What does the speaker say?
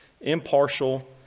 impartial